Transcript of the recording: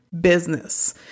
business